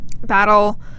battle